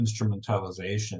instrumentalization